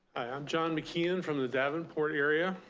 i'm john mckeon, from the davenport area.